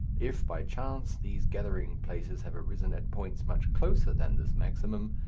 if by chance these gathering places have arisen at points much closer than this maximum,